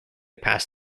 pass